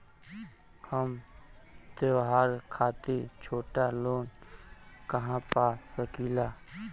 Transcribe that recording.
हम त्योहार खातिर छोटा लोन कहा पा सकिला?